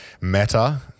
Meta